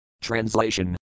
Translation